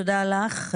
תודה לך.